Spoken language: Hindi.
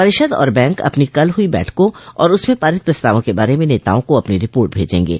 परिषद और बैंक अपनी कल हुई बैठकों और उसमें पारित प्रस्तावों के बारे में नेताओं को अपनी रिपोर्ट भेजेंगे